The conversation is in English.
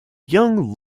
young